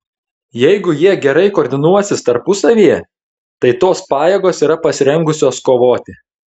jeigu jie gerai koordinuosis tarpusavyje tai tos pajėgos yra pasirengusios kovoti